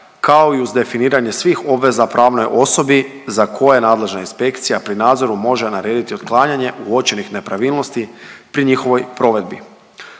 kao i uz definiranje svih obveza pravnoj osobi za koje nadležna inspekcija pri nadzoru može narediti otklanjanje uočenih nepravilnosti pri njihovoj provedbi.